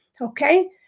Okay